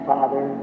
Father